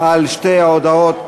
בשתי ההודעות.